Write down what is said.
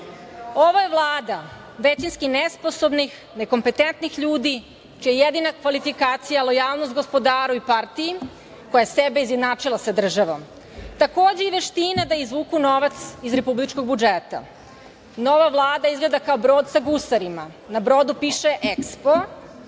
je Vlada većinski nesposobnih, nekompetentnih ljudi čija je jedina kvalifikacija lojalnost gospodaru i partiji, koja je sebe izjednačila sa državom. Takođe, i veština da izvuku novac iz republičkog budžeta. Nova Vlada izgleda kao brod sa gusarima. Na brodu piše EKSPO,